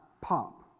pop